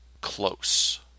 close